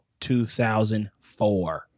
2004